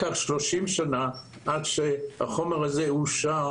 לקח שלושים שנה, עד שהחומר הזה אושר